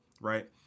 right